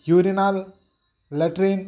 urinal latrine